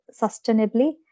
sustainably